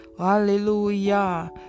Hallelujah